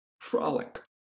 frolic